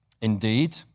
Indeed